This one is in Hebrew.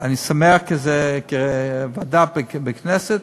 אני שמח כי זה בוועדה בכנסת.